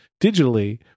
digitally